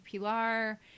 Pilar